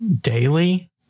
daily